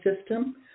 system